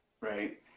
Right